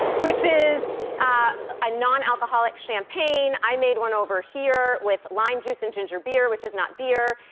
which is a non-alcoholic champagne, i made one over here with lime juice and ginger beer, which is not beer,